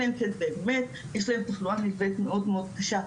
אלא אם כן באמת יש להם תחלואה נלווית מאוד מאוד קשה.